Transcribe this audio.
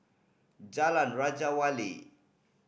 Jalan Raja Wali